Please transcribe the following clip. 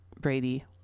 Brady